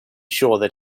sure